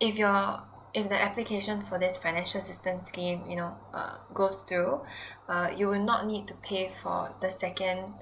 if your if the application for this financial assistance scheme you know err goes through uh you will not need to pay for the second